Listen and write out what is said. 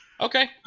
Okay